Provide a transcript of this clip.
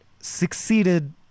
succeeded